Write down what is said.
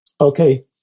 Okay